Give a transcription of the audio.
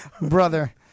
Brother